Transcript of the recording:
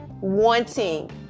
wanting